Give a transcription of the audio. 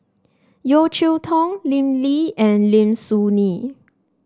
Yeo Cheow Tong Lim Lee and Lim Soo Ngee